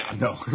no